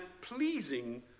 pleasing